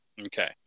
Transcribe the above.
Okay